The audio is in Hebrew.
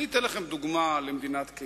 גם הן לא